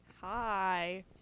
hi